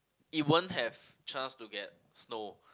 it won't have chance to get snow